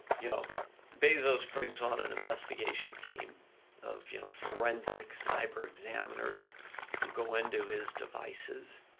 you know bezos springs on an investigation team of you know forensic cyber examiner's who go into his devices,